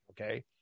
okay